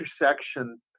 intersection